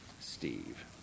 Steve